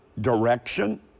direction